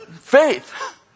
faith